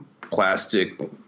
plastic